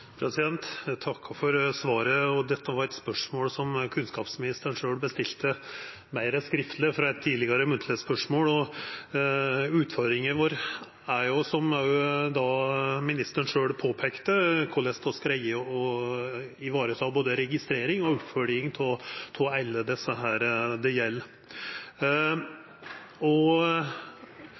for svaret. Dette er eit spørsmål som kunnskapsministeren sjølv bestilte meir skriftleg, etter eit tidlegare munnleg spørsmål. Utfordringa vår er, som òg ministeren sjølv påpeikte: Korleis skal vi vareta både registrering og oppfølging av alle dei det gjeld?